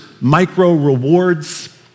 micro-rewards